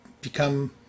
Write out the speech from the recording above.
become